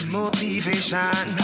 motivation